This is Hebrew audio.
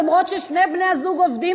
למרות ששני בני-הזוג עובדים,